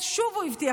ואז שוב הוא הבטיח,